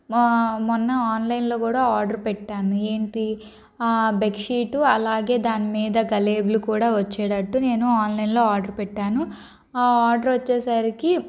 మొన్న ఆన్లైన్లో కూడా ఆర్డర్ పెట్టాను ఏంటి బెడ్షీట్ అలాగే దానిమీద గ లేబుల్ కూడా వచ్చేటట్టు నేను ఆన్లైన్లో ఆర్డర్ పెట్టాను ఆ ఆర్డర్ వచ్చేసరికి